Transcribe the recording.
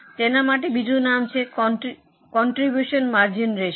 તેના માટે બીજું નામ છે જે કોન્ટ્રીબ્યુશન માર્જિન રેશિયો